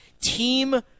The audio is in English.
team